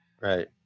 right